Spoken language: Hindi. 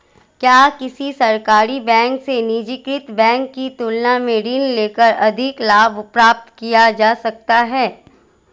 क्या किसी सरकारी बैंक से निजीकृत बैंक की तुलना में ऋण लेकर अधिक लाभ प्राप्त किया जा सकता है?